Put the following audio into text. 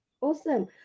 Awesome